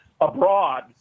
abroad